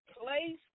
place